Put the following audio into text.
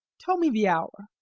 tell me the hour.